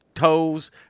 Toes